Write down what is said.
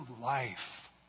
life